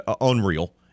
unreal